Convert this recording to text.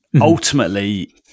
ultimately